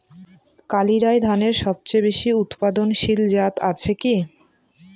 কালিরাই ধানের সবচেয়ে বেশি উৎপাদনশীল জাত আছে কি?